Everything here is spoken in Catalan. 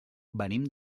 venim